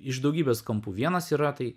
iš daugybės kampų vienas yra tai